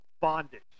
Bondage